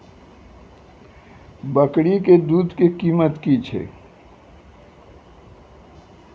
बकरी के दूध के कीमत की छै?